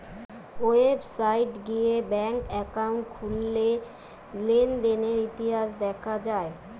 website গিয়ে bank account খুললে লেনদেনের ইতিহাস দেখা যায়